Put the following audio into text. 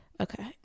Okay